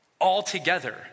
altogether